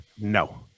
no